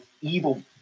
evil